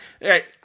Hey